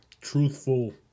truthful